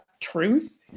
truth